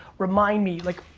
remind me, like,